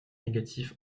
négatif